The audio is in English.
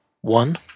one